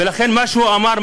ולכן מה שהוא אמר,